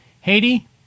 Haiti